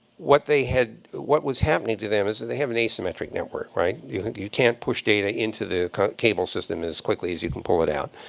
what they had what was happening to them is that they have an asymmetric network right? you you can't push data into the cable system quickly as you can pull it out.